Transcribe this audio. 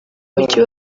mujyi